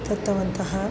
दत्तवन्तः